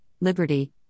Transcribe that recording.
liberty